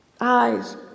eyes